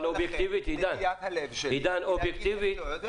לכן נטיית הלב שלי היא לא.